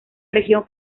región